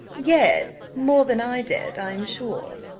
yes more than i did, i am sure.